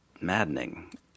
maddening